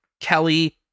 Kelly